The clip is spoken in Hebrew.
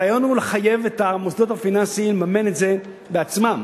הרעיון הוא לחייב את המוסדות הפיננסיים לממן את זה בעצמם.